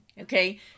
Okay